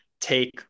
take